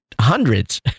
hundreds